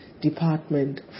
department